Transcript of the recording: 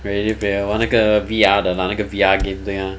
ready player one 那个 V_R 的那个 V_R game ah 对 mah